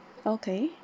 okay